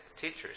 teachers